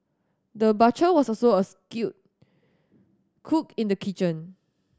the butcher was also a skilled cook in the kitchen